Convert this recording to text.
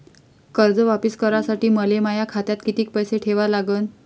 कर्ज वापिस करासाठी मले माया खात्यात कितीक पैसे ठेवा लागन?